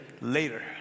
later